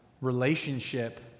relationship